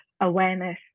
awareness